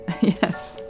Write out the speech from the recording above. Yes